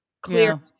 clear